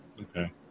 Okay